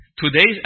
Today's